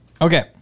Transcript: Okay